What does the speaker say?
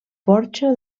porxo